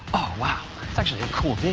oh, wow, it's actually a cool